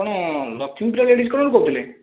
ଆପଣ ଲକ୍ଷ୍ମୀପ୍ରିୟା ଲେଡ଼ିଜ କର୍ଣ୍ଣରରୁ କହୁଥୁଲେ